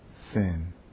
thin